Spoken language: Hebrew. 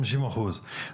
חמישים אחוז,